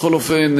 בכל אופן,